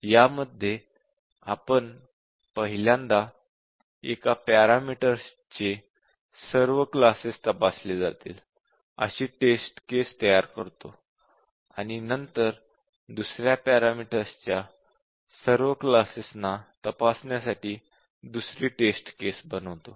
यामध्ये आपण पहिल्यांदा एका पॅरामीटर चे सर्व क्लासेस तपासले जातील अशी टेस्ट केस तयार करतो आणि नंतर दुसऱ्या पॅरामीटर च्या सर्व क्लासेस ना तपासण्यासाठी दुसरी टेस्ट केस बनवतो